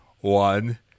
One